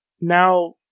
Now